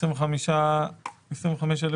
עד 25,000